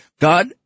God